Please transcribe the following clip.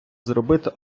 зробили